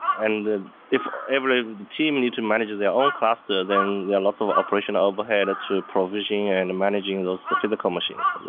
and if every team need to manage their own cluster, then there are lots of operation overhead to provision in and managing those physical machines and